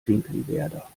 finkenwerder